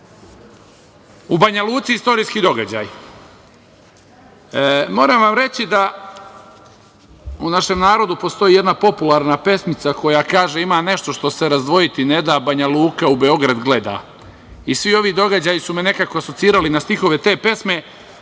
Banjaluci istorijski događaj. Moram vam reći da u našem narodnu postoji jedna popularna pesmica koja kaže: „Ima nešto što se razdvojiti ne da, Banjaluka u Beograd gleda“. Svi ovi događaji su me nekako asocirali na stihove te pesme,